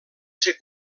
ser